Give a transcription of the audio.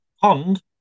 pond